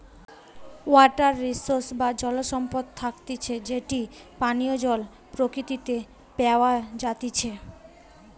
water resource বা জল সম্পদ থাকতিছে যেটি পানীয় জল প্রকৃতিতে প্যাওয়া জাতিচে